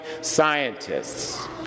scientists